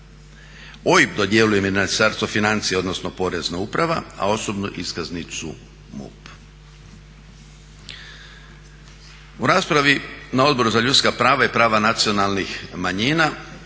OIB dodjeljuje Ministarstvo financija, odnosno porezna uprava, a osobnu iskaznicu MUP. U raspravi na Odboru za ljudska prava i prava nacionalnih manjina